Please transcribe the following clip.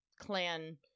clan